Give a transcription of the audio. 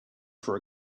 for